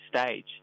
stage